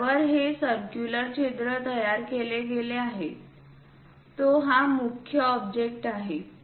ज्यावर हे सर्क्युलर छिद्र तयार केले गेले आहेत तो हा मुख्य ऑब्जेक्ट आहे